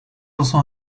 also